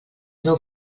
meu